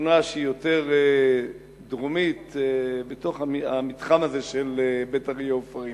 שכונה שהיא יותר דרומית בתוך המתחם הזה של בית-אריה עופרים,